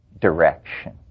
direction